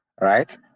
right